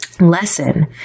lesson